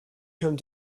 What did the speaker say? come